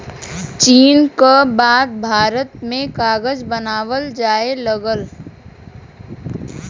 चीन क बाद भारत में कागज बनावल जाये लगल